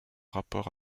rapport